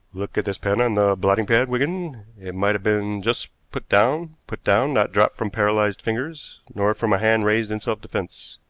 look at this pen on the blotting-pad, wigan it might have been just put down put down, not dropped from paralyzed fingers, nor from a hand raised in self-defense.